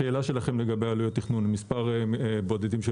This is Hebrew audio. השאלה שלכם לגבי עלויות תכנון מספר בודדים של